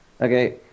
okay